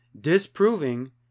disproving